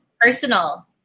personal